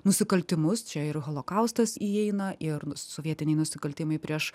nusikaltimus čia ir holokaustas įeina ir sovietiniai nusikaltimai prieš